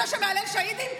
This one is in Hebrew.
זה שמהלל שהידים,